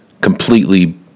completely